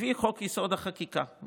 הביא את חוק-יסוד: החקיקה,